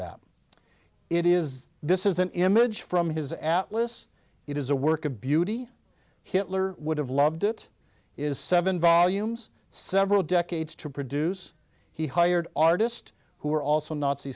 that it is this is an image from his atlas it is a work of beauty hitler would have loved it is seven volumes several decades to produce he hired artist who are also nazi